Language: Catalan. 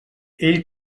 ell